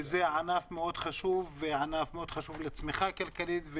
זה ענף מאוד חשוב לצמיחה הכלכלית,